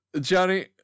Johnny